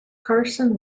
carson